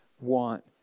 want